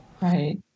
right